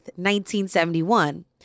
1971